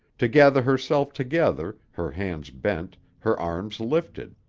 to gather herself together, her hands bent, her arms lifted.